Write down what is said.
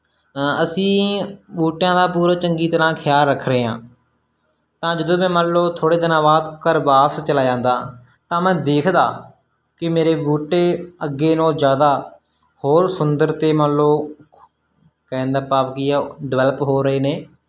ਅਸੀਂ ਬੂਟਿਆਂ ਦਾ ਪੂਰਾ ਚੰਗੀ ਤਰ੍ਹਾਂ ਖਿਆਲ ਰੱਖ ਰਹੇ ਹਾਂ ਤਾਂ ਜਦੋਂ ਮੈਂ ਮੰਨ ਲਓ ਥੋੜ੍ਹੇ ਦਿਨਾਂ ਬਾਅਦ ਘਰ ਵਾਪਸ ਚਲਾ ਜਾਂਦਾ ਤਾਂ ਮੈਂ ਦੇਖਦਾ ਕਿ ਮੇਰੇ ਬੂਟੇ ਅੱਗੇ ਨਾਲੋਂ ਜ਼ਿਆਦਾ ਹੋਰ ਸੁੰਦਰ ਅਤੇ ਮੰਨ ਲਓ ਕਹਿਣ ਦਾ ਭਾਵ ਕੀ ਆ ਡਿਵੈਲਪ ਹੋ ਰਹੇ ਨੇ